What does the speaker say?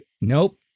nope